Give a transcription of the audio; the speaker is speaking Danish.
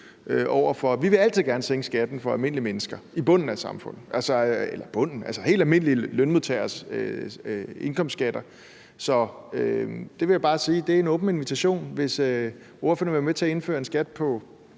vi vil altid gerne sænke skatten for almindelige mennesker i bunden af samfundet – eller måske ikke bunden, men altså helt almindelige lønmodtageres indkomstskatter. Så det vil jeg bare sige er en åben invitation. Hvis ordføreren vil være med til at indføre en skat på